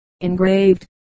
engraved